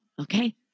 okay